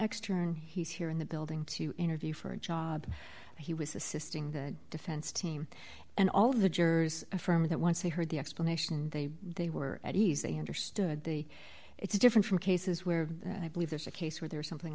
extern he's here in the building to interview for a job he was assisting the defense team and all of the jurors affirm that once they heard the explanation they they were at ease they understood the it's different from cases where i believe there's a case where there are something